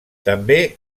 també